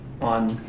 on